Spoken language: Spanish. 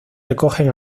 recogen